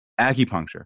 Acupuncture